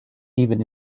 even